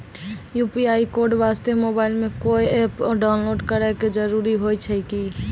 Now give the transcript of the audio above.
UPI code वास्ते mobile मे कोय एप्प डाउनलोड करे के जरूरी होय छै की?